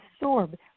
absorb